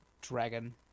dragon